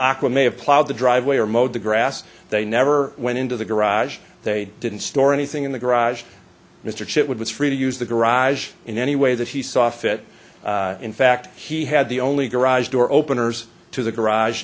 have plowed the driveway or mowed the grass they never went into the garage they didn't store anything in the garage mr chip would was free to use the garage in any way that he saw fit in fact he had the only garage door openers to the garage